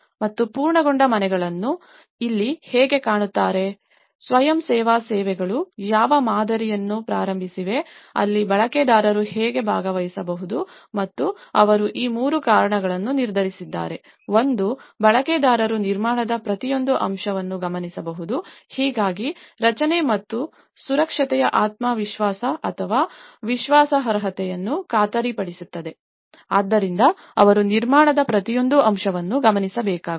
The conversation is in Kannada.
ಮತ್ತು ಪೂರ್ಣಗೊಂಡ ಮನೆಗಳನ್ನು ಇಲ್ಲಿ ಹೇಗೆ ಕಾಣುತ್ತಾರೆ ಮತ್ತು ಸ್ವಯಂಸೇವಾ ಸೇವೆಗಳು ಯಾವ ಮಾದರಿಯನ್ನು ಪ್ರಾರಂಭಿಸಿವೆ ಅಲ್ಲಿ ಬಳಕೆದಾರರು ಹೇಗೆ ಭಾಗವಹಿಸಬಹುದು ಮತ್ತು ಅವರು ಈ ಮೂರು ಕಾರಣಗಳನ್ನು ನಿರ್ಧರಿಸಿದ್ದಾರೆ ಒಂದು ಬಳಕೆದಾರರು ನಿರ್ಮಾಣದ ಪ್ರತಿಯೊಂದು ಅಂಶವನ್ನು ಗಮನಿಸಬಹುದು ಹೀಗಾಗಿ ರಚನೆ ಮತ್ತು ಸುರಕ್ಷತೆಯ ವಿಶ್ವಾಸಾರ್ಹತೆಯನ್ನು ಖಾತರಿಪಡಿಸುತ್ತದೆ ಆದ್ದರಿಂದ ಅವರು ನಿರ್ಮಾಣದ ಪ್ರತಿಯೊಂದು ಅಂಶವನ್ನು ಗಮನಿಸಬೇಕಾಗುತ್ತದೆ